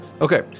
okay